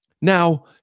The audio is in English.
now